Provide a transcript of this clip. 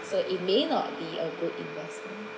so it may not be a good investment